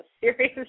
serious